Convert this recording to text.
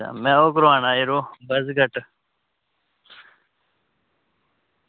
में ओह् करोआना यरो कट